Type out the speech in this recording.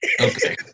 Okay